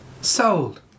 Sold